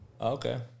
Okay